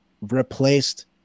replaced